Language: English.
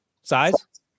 Size